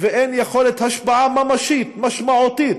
אין יכולת השפעה ממשית, משמעותית,